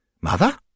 Mother